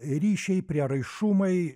ryšiai prieraišumai